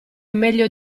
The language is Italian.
meglio